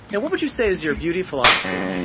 and what would you say is your beauty philosophy?